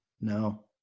No